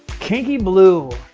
kinky blue.